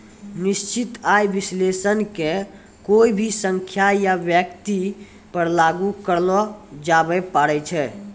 निश्चित आय विश्लेषण के कोय भी संख्या या व्यक्ति पर लागू करलो जाबै पारै छै